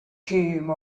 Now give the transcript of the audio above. came